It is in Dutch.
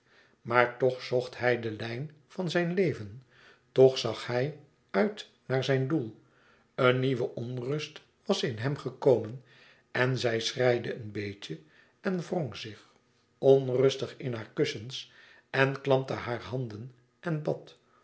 maar toch zocht hij de lijn van zijn leven toch zag hij uit naar zijn doel een nieuwe onrust was in hem gekomen en zij schreide een beetje en wrong zich onrustig in hare kussens en klampte haar handen en bad